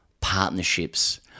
partnerships